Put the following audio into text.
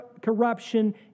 corruption